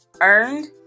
earned